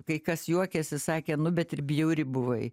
kai kas juokėsi sakė nu bet ir bjauri buvai